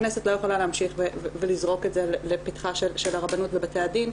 הכנסת לא יכולה להמשיך ולזרוק את זה לפתחה של הרבנות ובתי הדין,